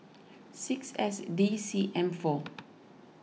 six S D C M four